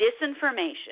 disinformation